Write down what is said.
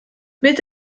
wird